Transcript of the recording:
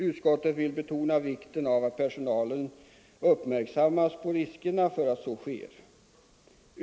Utskottet vill betona vikten av att personalen uppmärksammas på riskerna för att så sker.